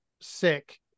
sick